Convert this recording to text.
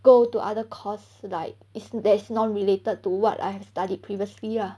go to other course like is that is non related to what I have studied previously lah